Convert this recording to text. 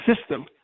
system